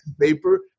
paper